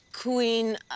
Queen